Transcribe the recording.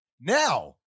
Now